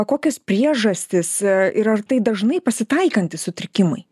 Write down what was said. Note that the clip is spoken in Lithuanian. kokios priežastys ir ar tai dažnai pasitaikantys sutrikimai